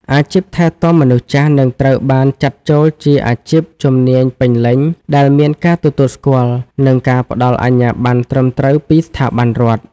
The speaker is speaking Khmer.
អាជីពថែទាំមនុស្សចាស់នឹងត្រូវបានចាត់ចូលជាអាជីពជំនាញពេញលេញ ដែលមានការទទួលស្គាល់ និងការផ្តល់អាជ្ញាប័ណ្ណត្រឹមត្រូវពីស្ថាប័នរដ្ឋ។